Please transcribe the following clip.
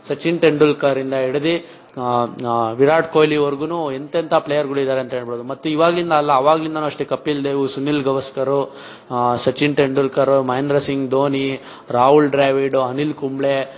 ಸಚಿನ್ ತೆಂಡೂಲ್ಕರ್ ಇಂದ ಹಿಡಿದು ವಿರಾಟ್ ಕೊಹ್ಲಿವರೆಗೂ ಎಂಥೆಂಥ ಪ್ಲೇಯರ್ಗಳು ಇದ್ದಾರೆ ಅಂತ ಹೇಳಬಹುದು ಮತ್ತು ಇವಾಗಿನಿಂದ ಅಲ್ಲ ಅವಾಗಿನಿಂದಲೂ ಅಷ್ಟೇ ಕಪಿಲ್ ದೇವ್ ಸುನಿಲ್ ಗವಾಸ್ಕರ್ ಸಚಿನ್ ತೆಂಡೂಲ್ಕರ್ ಮಹೇಂದ್ರ ಸಿಂಗ್ ಧೋನಿ ರಾಹುಲ್ ದ್ರಾವಿಡ್ ಅನಿಲ್ ಕುಂಬ್ಳೆ